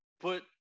put